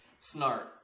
Snart